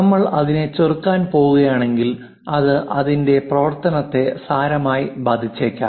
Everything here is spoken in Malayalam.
നമ്മൾ അതിനെ ചെറുതാക്കാൻ പോകുകയാണെങ്കിൽ അത് അതിന്റെ പ്രവർത്തനത്തെ സാരമായി ബാധിച്ചേക്കാം